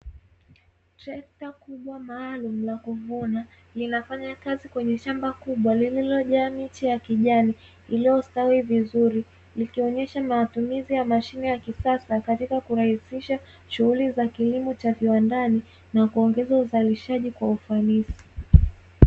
Trekta kubwa maalumu la kuvuna, linafanya kazi kwenye shamba kubwa lililojaa miche ya kijani iliyostawi vizuri. Likionyesha matumizi ya mashine ya kisasa katika kurahisisha shughuli za kilimo cha viwandani, na kuongeza uzalishaji kwa ufanisi.